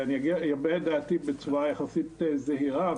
אני אביע את דעתי בצורה יחסית זהירה,